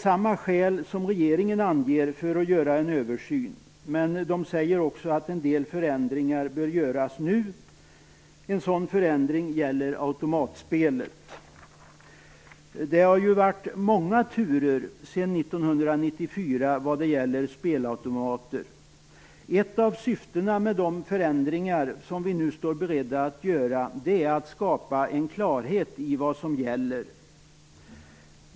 Regeringen anger samma skäl att göra en översyn. Men regeringen säger också att en del förändringar bör göras nu. En sådan förändring gäller automatspelet. Det har varit många turer sedan 1994 när det gäller spelautomater. Ett av syftena med de förändringar vi nu är beredda att genomföra, är att skapa klarhet om vad som gäller.